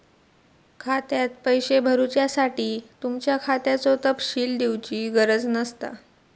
खात्यात पैशे भरुच्यासाठी तुमच्या खात्याचो तपशील दिवची गरज नसता